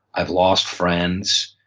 i've lost friends.